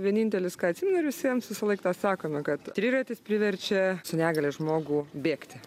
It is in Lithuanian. vienintelis ką atsimenu ir visiems visąlaik tą sakome kad trivietis priverčia su negalia žmogų bėgti